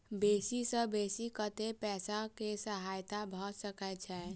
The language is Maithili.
बेसी सऽ बेसी कतै पैसा केँ सहायता भऽ सकय छै?